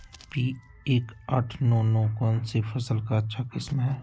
P एक आठ नौ नौ कौन सी फसल का अच्छा किस्म हैं?